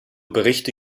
berichte